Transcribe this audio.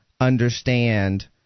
understand